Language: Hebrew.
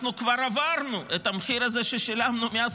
אנחנו כבר עברנו את המחיר הזה ששילמנו מאז